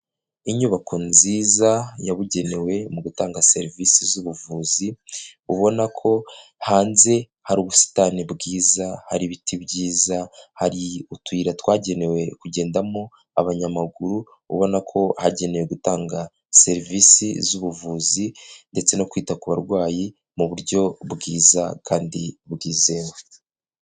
Inyubako nziza yabugenewe mu gutanga serivisi z'ubuvuzi, ubona ko hanze hari ubusitani bwiza, hari ibiti byiza, hari utuyira twagenewe kugendamo abanyamaguru, ubona ko hagenewe gutanga serivisi z'ubuvuzi ndetse no kwita ku barwayi mu buryo bwiza kandi bwizewe.